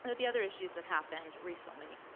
so the other issues that happened recently.